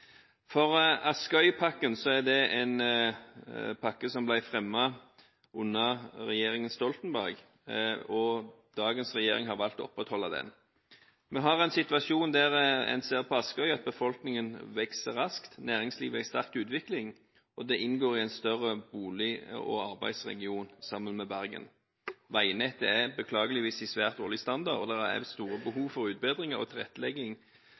er det en pakke som ble fremmet under regjeringen Stoltenberg, og dagens regjering har valgt å opprettholde den. Vi har en situasjon der en ser at befolkningen på Askøy vokser raskt, og næringslivet er i sterk utvikling. Askøy inngår – sammen med Bergen – i en større bolig- og arbeidsregion. Veinettet har beklageligvis svært dårlig standard, og det er store behov for utbedringer og tilrettelegging,